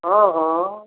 हाँ हाँ